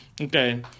Okay